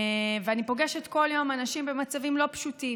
אני פוגשת כל יום במצבים לא פשוטים: